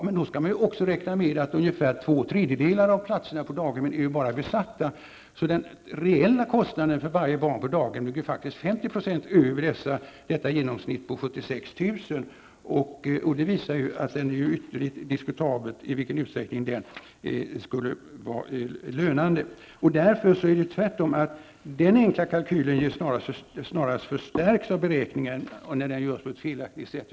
Men då skall man också räkna med att bara ungefär två tredjedelar av platserna på daghemmen är besatta. Den reella kostnaden för varje barn på daghem ligger faktiskt 50 % över detta genomsnitt på 76 000 kr. Det visar att det är ytterligt diskutabelt i vilken utsträckning detta skulle vara lönande. Socialministern säger att den bild som den enkla kalkylen ger snarast förstärks av att beräkningen görs på ett mer fullständigt sätt.